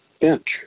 bench